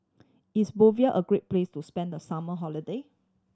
is Bolivia a great place to spend the summer holiday